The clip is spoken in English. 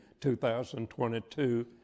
2022